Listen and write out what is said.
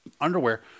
underwear